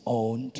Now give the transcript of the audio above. own